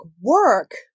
work